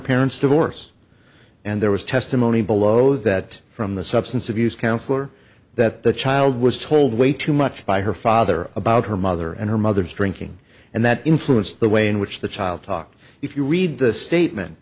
parents divorce and there was testimony below that from the substance abuse counselor that the child was told way too much by her father about her mother and her mother's drinking and that influenced the way in which the child talked if you read the statement